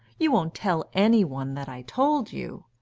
you won't tell any one that i told you?